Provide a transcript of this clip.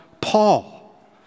Paul